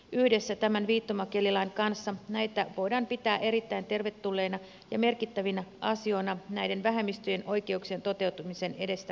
yhdessä tämän viittomakielilain kanssa näitä voidaan pitää erittäin tervetulleina ja merkittävinä asioina näiden vähemmistöjen oikeuksien toteutumisen edistämiseksi